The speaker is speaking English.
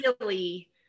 really-